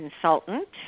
Consultant